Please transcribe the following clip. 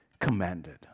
commanded